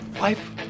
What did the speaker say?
life